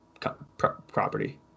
property